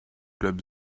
club